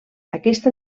aquesta